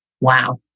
Wow